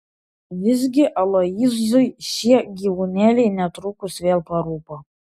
visgi aloyzui šie gyvūnėliai netrukus vėl parūpo